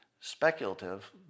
speculative